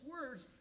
words